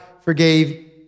forgave